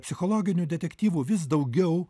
psichologinių detektyvų vis daugiau